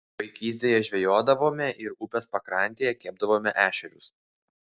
vaikystėje žvejodavome ir upės pakrantėje kepdavome ešerius